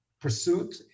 pursuit